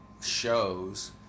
shows